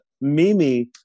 Mimi